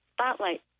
spotlight